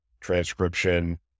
transcription